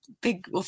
big